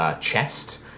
chest